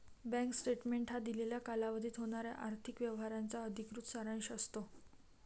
bank statement हा दिलेल्या कालावधीत होणाऱ्या आर्थिक व्यवहारांचा अधिकृत सारांश असतो